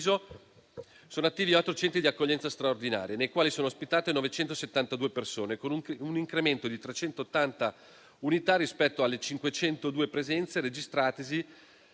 sono attivi otto centri d'accoglienza straordinaria nei quali sono ospitate 972 persone, con un incremento di 380 unità rispetto alle 502 presenze registratesi